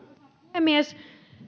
puhemies